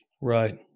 Right